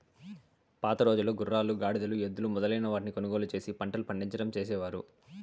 పాతరోజుల్లో గుర్రాలు, గాడిదలు, ఎద్దులు మొదలైన వాటిని కొనుగోలు చేసి పంటలు పండించడం చేసేవారు